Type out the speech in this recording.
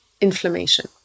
inflammation